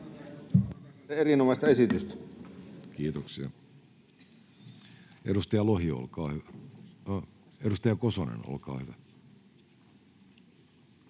Kiitos,